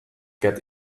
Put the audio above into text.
get